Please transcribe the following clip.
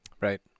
Right